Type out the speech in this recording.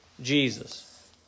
Jesus